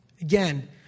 Again